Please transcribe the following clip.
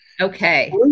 Okay